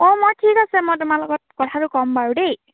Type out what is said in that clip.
অ' মই ঠিক আছে মই তোমাৰ লগত কথাটো ক'ম বাৰু দেই